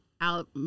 out